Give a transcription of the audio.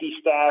staff